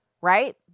Right